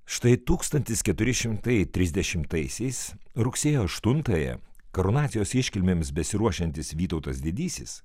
štai tūkstantis keturi šimtai trisdešimtaisiais rugsėjo aštuntąją karūnacijos iškilmėms besiruošiantis vytautas didysis